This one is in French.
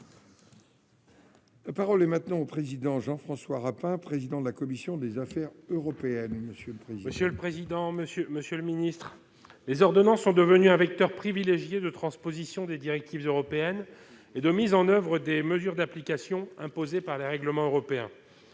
La parole est maintenant au président Jean-François Rapin, président de la commission des affaires européennes. Monsieur le président, monsieur, monsieur le Ministre, les ordonnances sont devenus un vecteur privilégié de transposition des directives européennes et de mise en oeuvre des mesures d'application imposée par les règlements européens